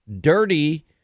dirty